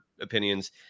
opinions